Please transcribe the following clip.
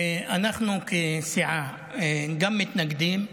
ואנחנו, כסיעה, גם מתנגדים.